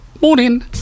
Morning